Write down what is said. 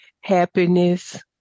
happiness